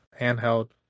handheld